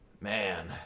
man